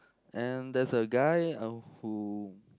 and there's a guy uh who